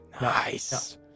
Nice